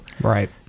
Right